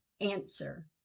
Answer